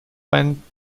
went